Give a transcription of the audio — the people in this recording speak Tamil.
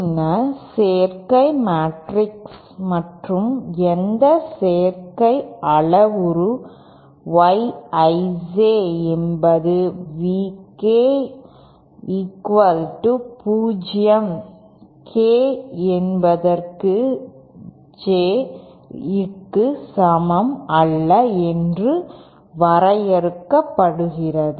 பின்னர் சேர்க்கை மேட்ரிக்ஸ் மற்றும் எந்த சேர்க்கை அளவுரு Y I J என்பது V K 0 k என்பது J க்கு சமம் அல்ல என்று வரையறுக்கப்படுகிறது